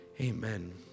Amen